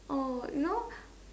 oh you know